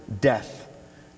Death